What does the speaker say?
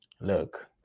look